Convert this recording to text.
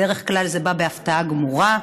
בדרך כלל זה בא בהפתעה גמורה.